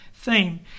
Theme